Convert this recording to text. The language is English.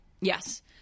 Yes